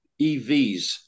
EVs